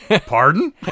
pardon